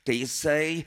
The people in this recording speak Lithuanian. tai jisai